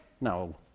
no